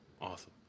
Awesome